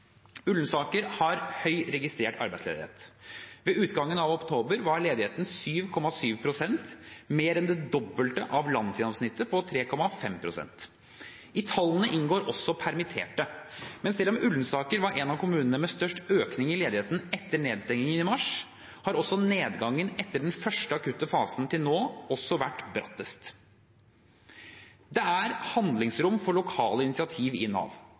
har høy registrert arbeidsledighet. Ved utgangen av oktober var ledigheten 7,7 pst., mer enn det dobbelte av landsgjennomsnittet på 3,5 pst. I tallene inngår også permitterte. Men selv om Ullensaker var en av kommunene med størst økning i ledigheten etter nedstengingen i mars, har nedgangen etter den første akutte fasen til nå også vært brattest. Det er handlingsrom for lokale initiativ i Nav.